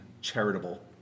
charitable